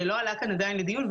שלא עלה כאן עדיין בדיון,